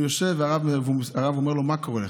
הוא יושב, והרב אומר לו: מה קורה לך?